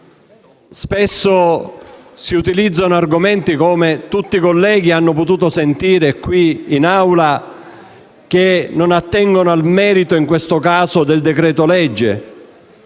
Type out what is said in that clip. spesso si utilizzano argomenti - come tutti i colleghi hanno potuto sentire in quest'Aula - che non attengono al merito, in questo caso, del decreto-legge.